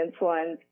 insulin